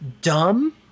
dumb